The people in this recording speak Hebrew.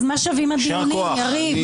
אז מה שווים הדיונים, יריב?